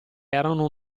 erano